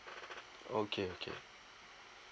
okay okay